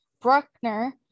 Bruckner